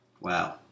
Wow